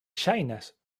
ŝajnas